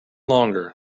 longer